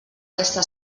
aquesta